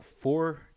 four –